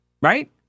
Right